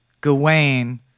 Gawain